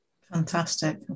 Fantastic